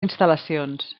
instal·lacions